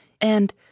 and